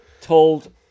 told